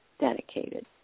dedicated